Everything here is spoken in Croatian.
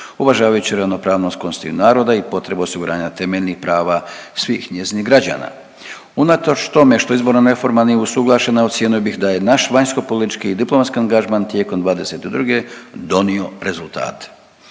uvažavajući ravnopravnost konstitutivnih naroda i potrebu osiguranja temeljnih prava svih njezinih građana. Unatoč tome što .../Govornik se ne razumije./... usuglašena ocijenio bih da je naš vanjskopolitički i diplomatski angažman tijekom '22. donio rezultate.